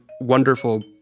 wonderful